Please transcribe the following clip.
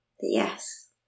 yes